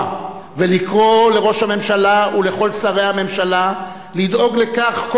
ולקרוא לראש הממשלה ולכל שרי הממשלה לדאוג לכך,